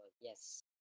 yes